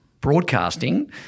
broadcasting